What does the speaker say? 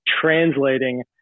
translating